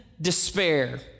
despair